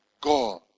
God